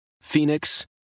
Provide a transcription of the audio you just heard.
phoenix